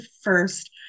first